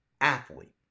athlete